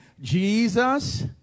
Jesus